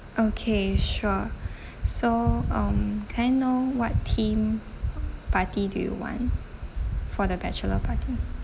okay sure so um can I know what theme party do you want for the bachelor party